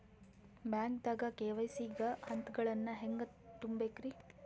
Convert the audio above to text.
ಬ್ಯಾಂಕ್ದಾಗ ಕೆ.ವೈ.ಸಿ ಗ ಹಂತಗಳನ್ನ ಹೆಂಗ್ ತುಂಬೇಕ್ರಿ?